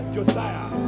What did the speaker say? Josiah